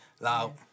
loud